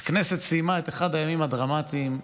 הכנסת סיימה את אחד הימים הדרמטיים,